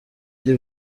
iri